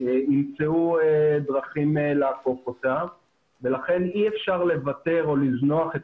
ימצאו דרכים לעקוף אותה ולכן אי אפשר לוותר או לזנוח את